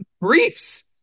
Briefs